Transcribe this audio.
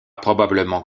probablement